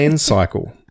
cycle